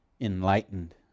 enlightened